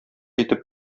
итеп